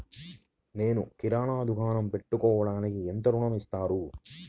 నేను కిరాణా దుకాణం పెట్టుకోడానికి ఎంత ఋణం ఇస్తారు?